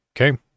Okay